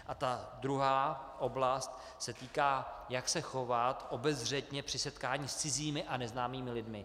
A ta druhá oblast se týká, jak se chovat obezřetně při setkání s cizími a neznámými lidmi.